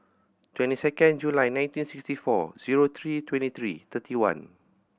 twenty second July nineteen sixty four zero three twenty three thirty one